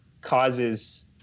causes